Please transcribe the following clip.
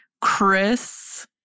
Chris